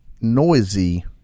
noisy